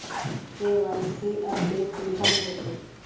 KYC update कुंसम होचे?